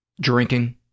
drinking